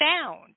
sound